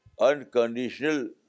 unconditional